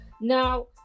now